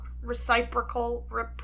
reciprocal